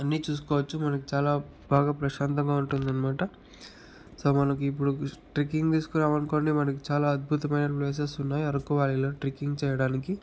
అన్ని చూసుకోవచ్చు మనకు చాలా బాగా ప్రశాంతంగా ఉంటుందనమాట సో మనకి ఇప్పుడు ట్రెక్కింగ్ తీసుకున్నామనుకోండి మనకు చాలా అద్భుతమైన ప్లేసెస్ ఉన్నాయి అరకు వ్యాలీలో ట్రెక్కింగ్ చేయడానికి